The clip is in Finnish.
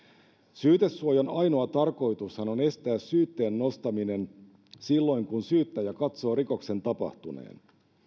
syytesuojan ainoa tarkoitushan on estää syytteen nostaminen silloin kun syyttäjä katsoo rikoksen tapahtuneen